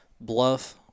bluff